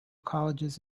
colleges